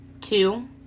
two